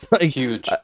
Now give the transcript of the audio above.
Huge